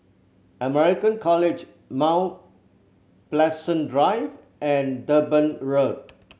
American College Mount Pleasant Drive and Durban Road